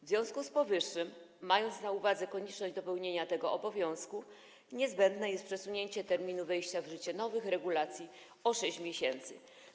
W związku z powyższym, mając na uwadze konieczność dopełnienia tego obowiązku, niezbędne jest przesunięcie terminu wejścia w życie nowych regulacji o 6 miesięcy.